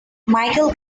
michael